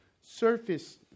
surface